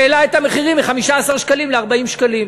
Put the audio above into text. העלאת המחירים מ-15 שקלים ל-40 שקלים.